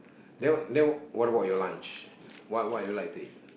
then what then what what about your lunch what what you like to eat